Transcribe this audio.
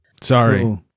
Sorry